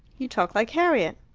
you talk like harriet.